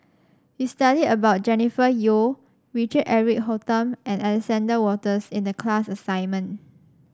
we studied about Jennifer Yeo Richard Eric Holttum and Alexander Wolters in the class assignment